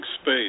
space